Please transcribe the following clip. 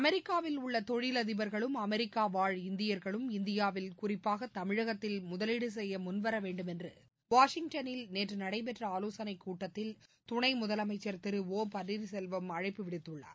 அமெரிக்காவில் உள்ள தொழிலதிபர்களும் அமெரிக்கா வாழ் இந்தியர்களும் இந்தியாவில் குறிப்பாக தமிழகத்தில் முதலீடு செய்ய முன்வர வேண்டும் என்று வாஷிங்டனில் நேற்று நடைபெற்ற ஆலோசனைக் கூட்டத்தில் துணை முதலமைச்சர் திரு ஒ பள்ளீர்செல்வம் அழைப்பு விடுத்துள்ளார்